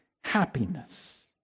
happiness